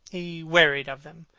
he wearied of them,